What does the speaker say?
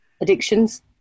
addictions